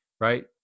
right